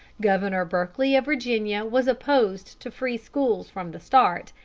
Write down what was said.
governor berkeley of virginia was opposed to free schools from the start,